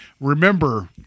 Remember